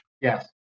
Yes